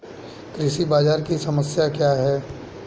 कृषि बाजार की समस्या क्या है?